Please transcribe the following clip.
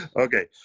Okay